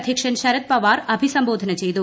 അധ്യക്ഷൻ ശരത് പവാർ അഭിസംബോധന ചെയ്തു